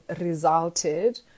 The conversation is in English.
resulted